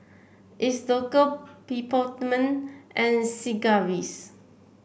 Isocal Peptamen and Sigvaris